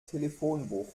telefonbuch